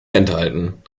enthalten